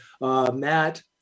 Matt